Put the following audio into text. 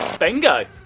bingo!